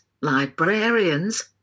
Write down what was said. librarians